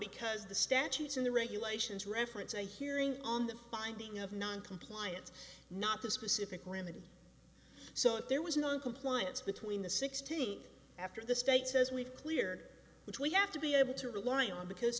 because the statutes in the regulations reference a hearing on the finding of noncompliance not the specific granted so there was no compliance between the sixteen after the state says we've cleared which we have to be able to rely on because